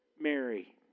Mary